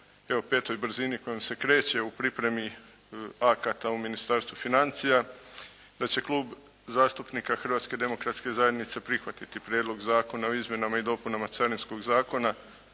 evo petoj brzini kojom se kreće u pripremi akata u Ministarstvu financija da će Klub zastupnika Hrvatske demokratske zajednice prihvatiti Prijedlog zakona o izmjenama i dopunama Carinskog zakona,